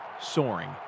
soaring